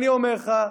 יש ביניכם גם כאלה.